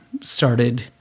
started